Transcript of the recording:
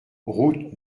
route